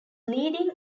leading